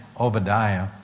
Obadiah